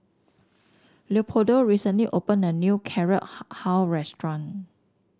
Leopoldo recently opened a new Carrot Halwa restaurant